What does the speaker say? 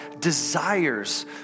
desires